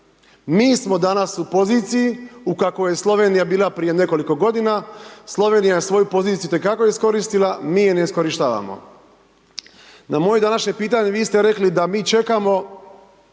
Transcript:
mi smo danas u poziciji u kakvoj je Slovenija bila prije nekoliko godina, Slovenija je svoju poziciju itekako iskoristila, mi je ne iskorištavamo. Na moje današnje pitanje, vi ste rekli da mi čekamo